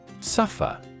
Suffer